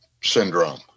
Syndrome